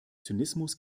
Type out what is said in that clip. zynismus